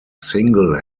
single